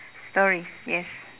stories yes